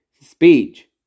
speech